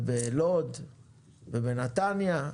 בלוד ובנתניה.